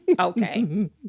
Okay